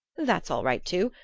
that's all right too.